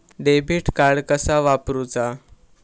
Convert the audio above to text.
Debit card कसा वापरुचा?